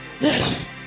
yes